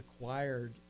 acquired